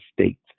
states